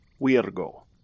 Virgo